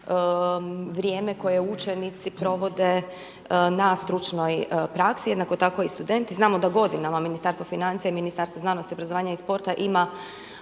vrijeme koje učenici provode na stručnoj praksi, jednako tako i studenti. Znamo da godinama Ministarstvo financija i Ministarstvo znanosti, obrazovanja i sporta ima